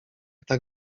tak